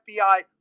FBI